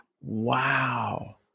Wow